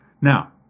Now